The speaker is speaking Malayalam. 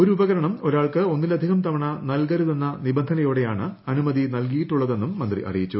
ഒരുപകരണം ഒരാൾക്ക് ഒന്നിലധികം തവണ നൽകരുതെന്ന നിബന്ധനയോടെയാണ് അനുമതി നൽകിയിട്ടുള്ളതെന്നും മന്ത്രി അറിയിച്ചു